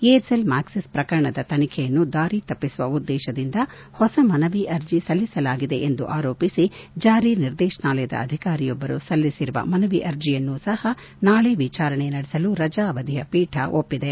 Aircel Maxis ಪಕರಣದ ತನಿಖೆಯನ್ನು ದಾರಿ ತಪಿಸುವ ಉದ್ದೇಶದಿಂದ ಹೊಸ ಮನವಿ ಅರ್ಜಿ ಸಲ್ಲಿಸಲಾಗಿದೆ ಎಂದು ಆರೋಪಿಸಿ ಜಾರಿ ನಿರ್ದೇತನಾಲಯದ ಅಧಿಕಾರಿಯೊಬ್ಬರು ಸಲ್ಲಿಸಿರುವ ಮನವಿ ಅರ್ಜಿಯನ್ನು ಸಹ ನಾಳೆ ವಿಚಾರಣೆ ನಡೆಸಲು ರಜಾ ಅವಧಿಯ ಪೀಠ ಒಷ್ಟಿದೆ